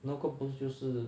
那个不就是